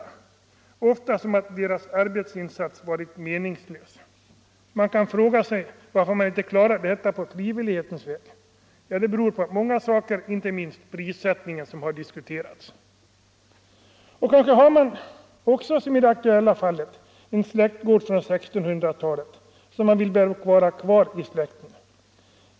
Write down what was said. De upplever det ofta så att deras arbetsinsats varit meningslös. Man kan fråga sig varför inte denna rationaliseringsverksamhet genomförs på frivillighetens väg. Ja, det beror på många faktorer, inte minst, som redan har nämnts, prissättningen. Kanske har man som i det aktuella fallet en släktgård från 1600-talet, som man vill bevara i släkten.